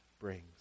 brings